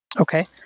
Okay